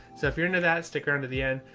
so if you're into that, stick around to the end.